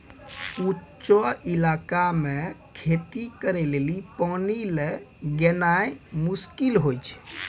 ऊंचो इलाका मे खेती करे लेली पानी लै गेनाय मुश्किल होय छै